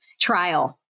trial